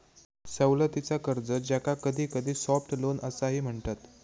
सवलतीचा कर्ज, ज्याका कधीकधी सॉफ्ट लोन असाही म्हणतत